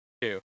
two